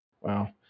wow